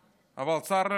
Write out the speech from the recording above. אבל צר לי לאכזב